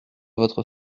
votre